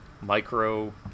micro